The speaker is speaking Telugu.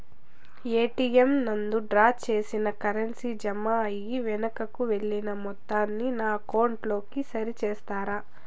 ఎ.టి.ఎం నందు డ్రా చేసిన కరెన్సీ జామ అయి వెనుకకు వెళ్లిన మొత్తాన్ని నా అకౌంట్ లో సరి చేస్తారా?